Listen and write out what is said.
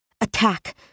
attack